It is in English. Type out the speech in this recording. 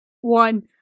One